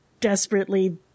desperately